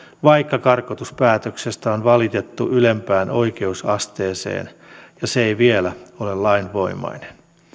vaikka karkotuspäätöksestä on valitettu ylempään oikeusasteeseen ja se ei vielä ole lainvoimainen